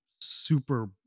super